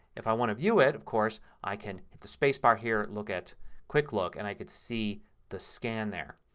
if i want to view it, of course, i can hit the spacebar here. look at quicklook and i can see the scan there.